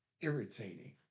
irritating